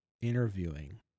interviewing